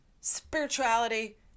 spirituality